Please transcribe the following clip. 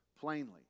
plainly